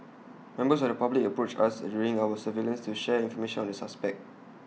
members of the public approached us during our surveillance to share information on the suspect